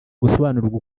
gusobanurirwa